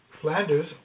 Flanders